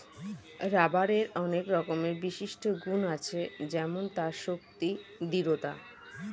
রাবারের অনেক রকমের বিশিষ্ট গুন্ আছে যেমন তার শক্তি, দৃঢ়তা